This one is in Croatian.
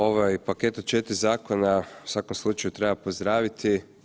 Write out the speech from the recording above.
Ovaj paket od 4 zakona u svakom slučaju treba pozdraviti.